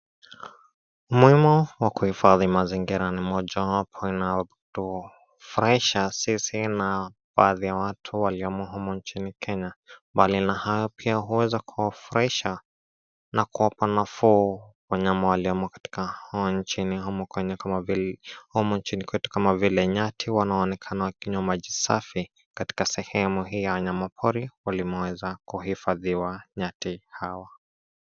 Umuhimu wa kuhifadhi mazingira ni mojawapo unaotufurahisha sisi na baadhi ya watu walio humu nchini Kenya. Mbali na hayo pia huweza kuwafurahisha na kuwapa nafuu wanyama waliomo humu nchini kwetu kama vile nyati wanaonekana wakinywa maji safi, katika sehemu hii ya wanyama pori walimoweza kuhifadhiwa nyati hawa.